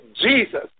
Jesus